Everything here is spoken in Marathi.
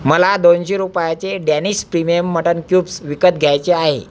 मला दोनशे रुपयाचे डॅनिश प्रीमियम मटण क्यूब्स विकत घ्यायचे आहे